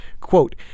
quote